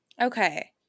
Okay